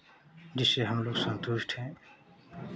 जिससे हम लोग संतुष्ट हैं